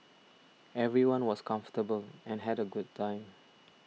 everyone was comfortable and had a good time